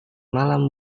malam